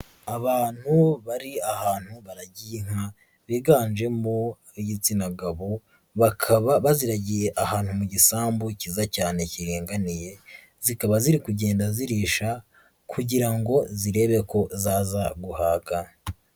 Abantu bari ahantu baragiye inka biganjemo ab'igitsina gabo, bakaba baziragiye ahantu mu gisambu cyiza cyane kiringaniye, zikaba ziri kugenda zirisha kugira ngo zirebe ko zaza guhaga.